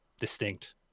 distinct